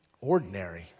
ordinary